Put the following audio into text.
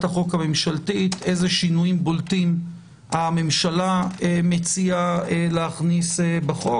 איזה שינויים בולטים הממשלה מציעה להכניס בחוק,